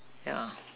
yeah